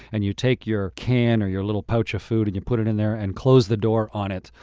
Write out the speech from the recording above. and you take your can or your little pouch of food, and you put it in there and close the door on it.